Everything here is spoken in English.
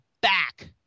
back